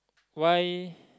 why